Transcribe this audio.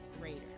greater